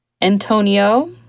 antonio